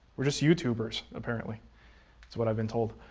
we're just youtubers, apparently. that's what i've been told.